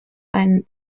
ein